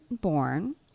born